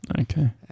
Okay